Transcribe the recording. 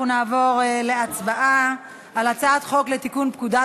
אנחנו נעבור להצבעה על הצעת חוק לתיקון פקודת